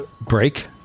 break